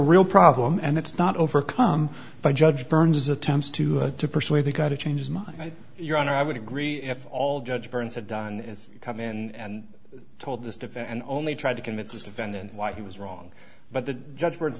real problem and it's not overcome by judge burns attempts to have to persuade the guy to change his mind your honor i would agree if all judge burns had done is come in and told this defense and only tried to convince this defendant why he was wrong but the judge words